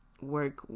work